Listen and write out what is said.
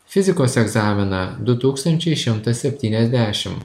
fizikos egzaminą du tūkstančiai šimtas septyniasdešim